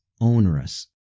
onerous